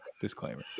disclaimer